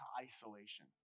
isolation